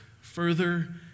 further